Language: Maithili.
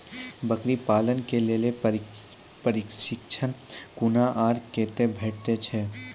बकरी पालन के लेल प्रशिक्षण कूना आर कते भेटैत छै?